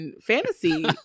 fantasy